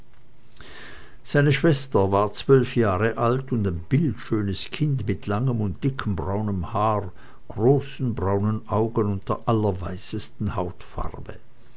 seine schwester war zwölf jahre alt und ein bildschönes kind mit langem und dickem braunem haar großen braunen augen und der allerweißesten hautfarbe